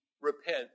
repent